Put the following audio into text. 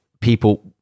people